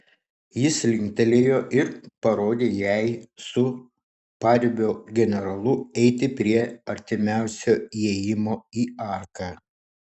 jis linktelėjo ir parodė jai su paribio generolu eiti prie artimiausio įėjimo į arką